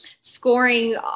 scoring